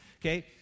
Okay